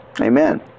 Amen